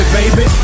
baby